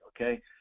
okay